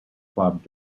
club